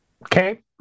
Okay